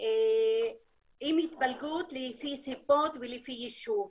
עם התפלגות לפי סיבות ולפי יישוב.